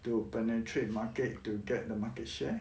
to penetrate market to get the market share